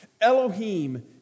Elohim